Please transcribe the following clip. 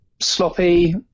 sloppy